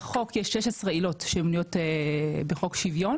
בחוק יש 16 עילות שמנויות בחוק שוויון